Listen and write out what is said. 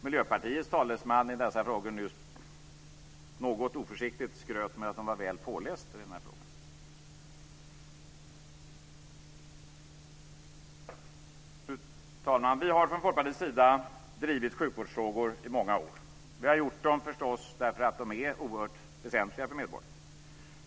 Miljöpartiets talesman i dessa frågor skröt nyss något oförsiktigt med att hon var väl påläst i den här frågan. Fru talman! Vi har från Folkpartiets sida drivit sjukvårdsfrågor i många år. Vi har förstås gjort det därför att de är oerhört väsentliga för medborgarna.